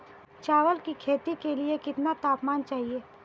चावल की खेती के लिए कितना तापमान चाहिए?